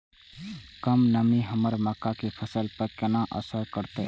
कम नमी हमर मक्का के फसल पर केना असर करतय?